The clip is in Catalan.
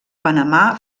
panamà